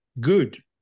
good